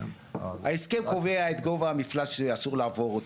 ההסכם קובע את גובה המפלס שאסור לעבוד אותו,